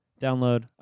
download